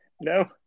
no